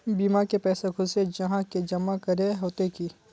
बीमा के पैसा खुद से जाहा के जमा करे होते की?